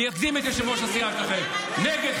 אני אקדים את יושב-ראש הסיעה שלכם: נגד,